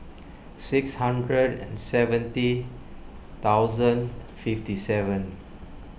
six hundred seventy thousand fifty seven